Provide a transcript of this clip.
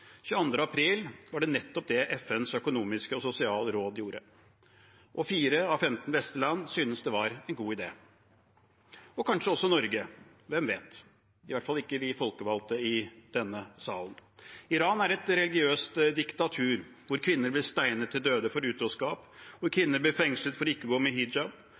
22. april var det nettopp det FNs økonomiske og sosiale råd gjorde, og 4 av 15 vestlige land syntes det var en god idé – og kanskje også Norge. Hvem vet – i hvert fall ikke vi folkevalgte i denne sal. Iran er et religiøst diktatur hvor kvinner blir steinet til døde for utroskap, hvor kvinner blir fengslet for ikke å gå med hijab,